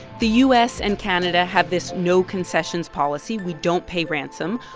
the u s. and canada have this no concessions policy. we don't pay ransom.